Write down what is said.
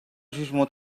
jugement